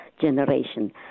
generation